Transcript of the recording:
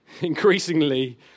increasingly